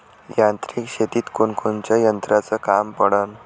यांत्रिक शेतीत कोनकोनच्या यंत्राचं काम पडन?